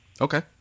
Okay